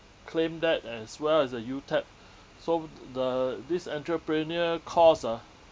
claim that as well as the UTAP so th~ the this entrepreneur course ah